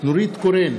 נורית קורן,